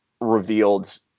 revealed